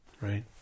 Right